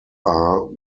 are